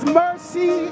mercy